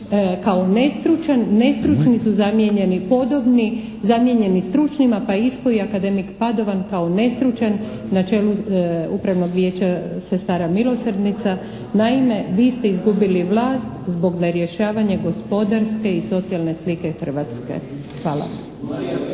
kao nestručan. Nestručni su zamijenjeni i podobni, zamijenjeni stručnima pa je ispao i akademik Padovan kao nestručan na čelu Upravnog vijeća Sestara milosrdnica. Naime, vi ste izgubili vlast zbog nerješavanja gospodarske i socijalne slike Hrvatske. Hvala.